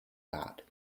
god